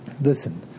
listen